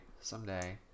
Someday